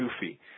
goofy